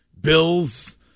Bill's